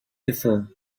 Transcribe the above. before